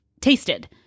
tasted